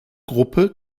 gruppe